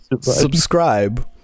subscribe